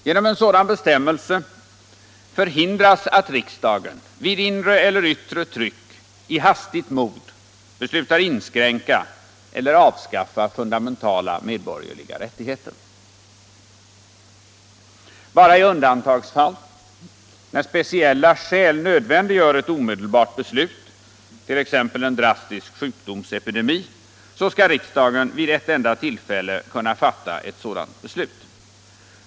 Genom en sådan bestämmelse förhindras att riksdagen vid inre eller yttre tryck i hastigt mod beslutar inskränka eller avskaffa fundamentala medborgerliga rättigheter. Bara i undantagsfall när speciella skäl nödvändiggör ett omedelbart beslut, t.ex. en drastisk sjukdomsepidemi, skall riksdagen vid ett enda tillfälle kunna fatta ett sådant beslut.